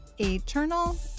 eternal